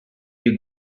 you